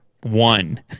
One